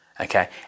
okay